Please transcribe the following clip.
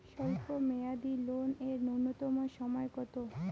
স্বল্প মেয়াদী লোন এর নূন্যতম সময় কতো?